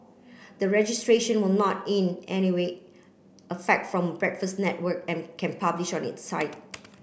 the registration will not in any way affect from Breakfast Network and can publish on its site